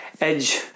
edge